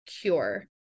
cure